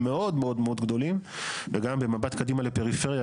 מאוד מאוד גדולים וגם במבט קדימה לפריפריה.